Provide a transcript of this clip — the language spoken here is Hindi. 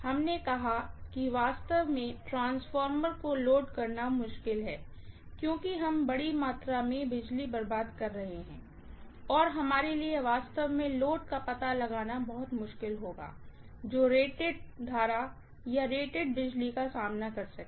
हमने कहा कि वास्तव में ट्रांसफार्मर को लोड करना मुश्किल है क्योंकि हम बड़ी मात्रा में बिजली बर्बाद कर रहे हैं और हमारे लिए वास्तव में लोड का पता लगाना बहुत मुश्किल होगा जो रेटेड करंट या रेटेड बिजली का सामना कर सके